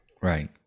right